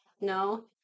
No